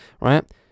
right